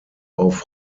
auf